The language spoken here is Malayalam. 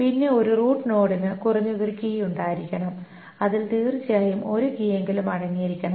പിന്നെ ഒരു റൂട്ട് നോഡിന് കുറഞ്ഞത് ഒരു കീ ഉണ്ടായിരിക്കണം അതിൽ തീർച്ചയായും ഒരു കീയെങ്കിലും അടങ്ങിയിരിക്കണം